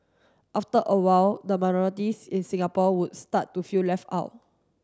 after a while the minorities in Singapore would start to feel left out